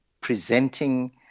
presenting